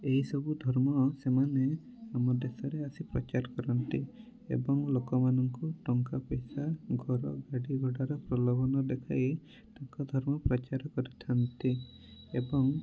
ଏହି ସବୁ ଧର୍ମ ସେମାନେ ଆମ ଦେଶରେ ଆସି ପ୍ରଚାର କରନ୍ତି ଏବଂ ଲୋକମାନଙ୍କୁ ଟଙ୍କା ପଇସା ଘର ଗାଡ଼ି ଘୋଡ଼ାର ପ୍ରଲୋଭନ ଦେଖାଇ ତାଙ୍କ ଧର୍ମ ପ୍ରଚାର କରିଥାନ୍ତି ଏବଂ